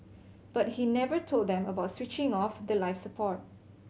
but he never told them about switching off the life support